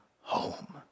home